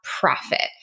profit